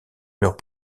murs